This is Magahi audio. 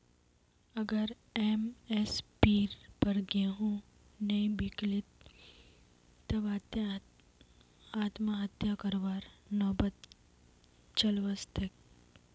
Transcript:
अगर एम.एस.पीर पर गेंहू नइ बीक लित तब आत्महत्या करवार नौबत चल वस तेक